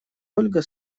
ольга